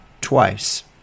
twice